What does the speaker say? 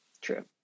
True